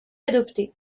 adopté